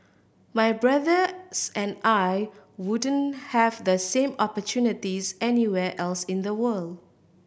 my brothers and I wouldn't have the same opportunities anywhere else in the world